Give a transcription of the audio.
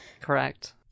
Correct